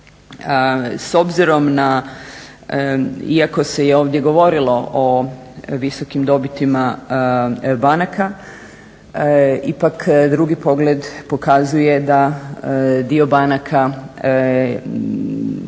S obzirom na, iako se je ovdje govorilo o visokim dobitima banaka ipak drugi pogled pokazuje da dio banaka